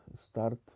start